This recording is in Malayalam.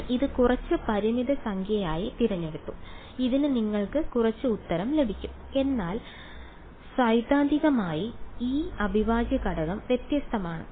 നിങ്ങൾ ഇത് കുറച്ച് പരിമിത സംഖ്യയായി തിരഞ്ഞെടുത്തു ഇതിന് നിങ്ങൾക്ക് കുറച്ച് ഉത്തരം ലഭിക്കും എന്നാൽ സൈദ്ധാന്തികമായി ഈ അവിഭാജ്യഘടകം വ്യത്യസ്തമാണ്